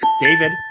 David